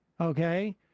okay